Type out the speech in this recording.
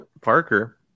Parker